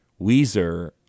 Weezer